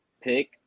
pick